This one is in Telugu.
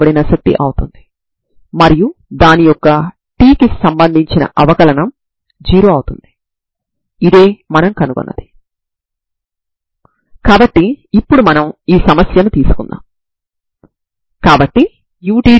దీనిని అప్లై చేయడంవల్ల దీనిని మీరు t కి సంబంధించి అవకలనం చేయవచ్చని చూస్తారు తద్వారా మీరు utx0n1Bnnπcb asin nπb a g ను పొందుతారు